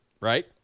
Right